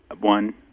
One